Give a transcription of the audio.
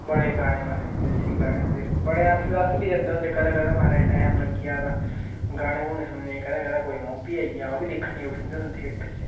बड़े गाने महाराज देसी गाने ते बड़े अस अस बी जंदे होंदे महाराज कदें कदें महाराज टैम लगी जाए तां गाने गूने सुनने गी कदें कदें कोई मूवी आई जा ओह् बी दिक्खने गी जंदे उठी हे थिएटर च